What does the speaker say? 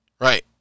Right